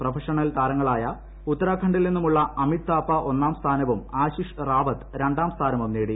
professional താരങ്ങളായി കൃത്തരാഖണ്ഡിൽ നിന്നുമുളള അമിത് താപ്പ ഒന്നീടും സ്ഥാനവും ആശിഷ് റാവത്ത് രണ്ടാം സ്ഥാനസ്കൂം നേടി